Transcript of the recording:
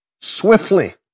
swiftly